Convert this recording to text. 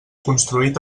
construït